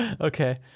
okay